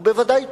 הוא בוודאי טועה.